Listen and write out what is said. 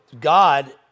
God